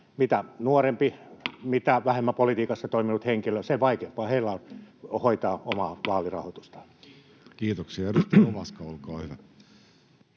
koputtaa] mitä vähemmän politiikassa toiminut henkilö, sen vaikeampaa hänellä on hoitaa omaa vaalirahoitustaan. Kiitoksia. — Edustaja Ovaska, olkaa hyvä.